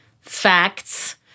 facts